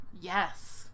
Yes